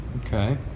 Okay